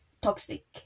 toxic